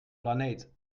planeet